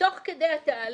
תוך כדי התהליך